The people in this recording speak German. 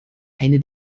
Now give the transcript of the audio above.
eine